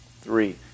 three